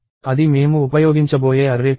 అది మేము ఉపయోగించబోయే అర్రే పేరు